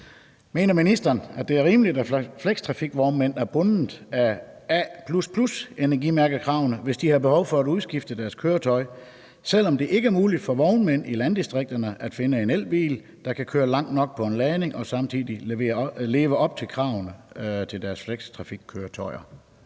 Mener ministeren, at det er rimeligt, at flextrafikvognmænd er bundet af A++-energimærkekravene, hvis de har behov for at udskifte deres køretøj, selv om det ikke er muligt for vognmænd i landdistrikterne at finde en elbil, der kan køre langt nok på en ladning og samtidig leve op til kravene, der stilles til flextrafikkøretøjer?